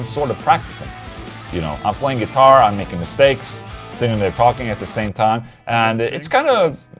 sort of practicing you know, i'm playing guitar, i'm making mistakes sitting there, talking at the same time and it's kind of.